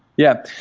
yeah.